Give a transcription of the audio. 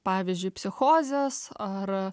pavyzdžiui psichozes ar